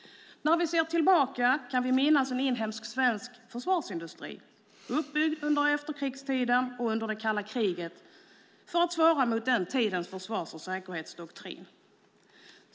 När vi ser tillbaka kan vi minnas en inhemsk svensk försvarsindustri uppbyggd under efterkrigstiden och under det kalla kriget för att svara mot den tidens försvars och säkerhetsdoktrin.